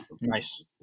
Nice